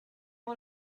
all